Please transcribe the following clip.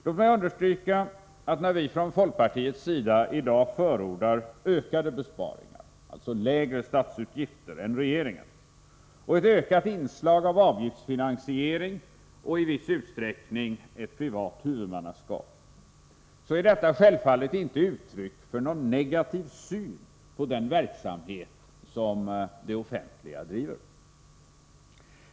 Låt mig understryka att när vi från folkpartiets sida i dag förordar ökade besparingar, alltså lägre statsutgifter, ett ökat inslag av avgiftsfinansiering och i viss utsträckning ett privat huvudmannaskap, är detta självfallet inte uttryck för någon negativ syn på den verksamhet som det offentliga driver.